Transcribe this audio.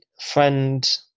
friend